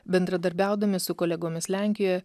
bendradarbiaudami su kolegomis lenkijoje